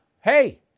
Hey